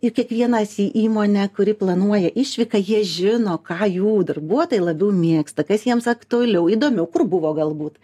ir kiekvienas į įmonę kuri planuoja išvyką jie žino ką jų darbuotojai labiau mėgsta kas jiems aktualiau įdomiau kur buvo galbūt